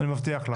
אני מבטיח לך.